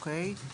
אוקי?